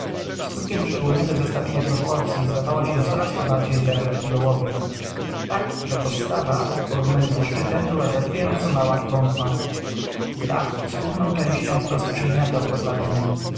skutkiem szczególnego zestawienia proporcyi zdawało się coraz to bardziej zwężać ku dołowi tak że podstawa w porównaniu ze szczytem była zadziwiająco mała i wątła dach z górną częścią wprost przygniatał podwaliny